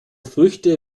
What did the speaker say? früchte